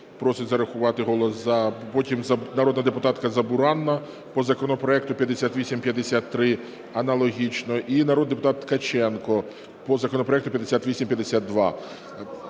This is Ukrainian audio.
Просить зарахувати голос "за". Потім народна депутатка Забуранна по законопроекту 5853, аналогічно. І народний депутат Ткаченко по законопроекту 5852.